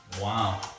Wow